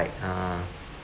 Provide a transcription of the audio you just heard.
uh